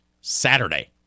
Saturday